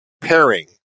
pairing